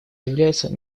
является